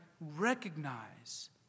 recognize